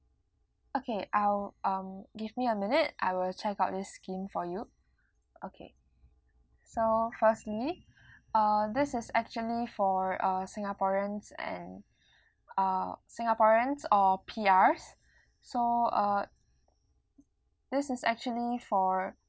okay I'll um give me a minute I will check out this scheme for you okay so firstly uh this is actually for uh singaporeans and uh singaporeans or P_Rs uh so uh this is actually for